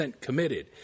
committed